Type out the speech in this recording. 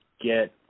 get